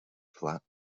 flat